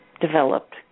developed